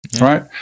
Right